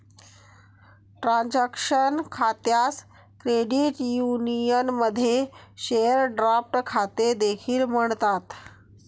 transaction खात्यास credit युनियनमध्ये share draft खाते देखील म्हणतात